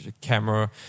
camera